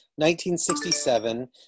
1967